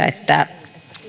että